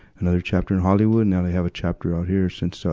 another chapter in hollywood. now they have a chapter out here since, so